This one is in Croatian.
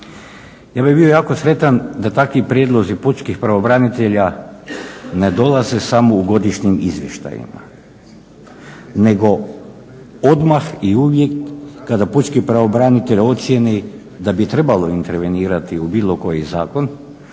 Ja bi bio jako sretan da takvi prijedlozi pučkih pravobranitelja ne dolaze samo u godišnjim izvještajima nego odmah i uvijek kada pučki pravobranitelj ocijeni da bi trebalo intervenirati u bilo koji zakon